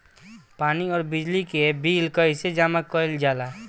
पानी और बिजली के बिल कइसे जमा कइल जाला?